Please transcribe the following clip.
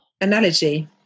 analogy